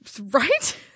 Right